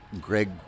greg